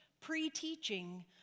Pre-teaching